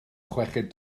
chweched